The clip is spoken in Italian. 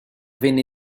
venne